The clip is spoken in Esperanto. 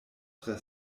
tre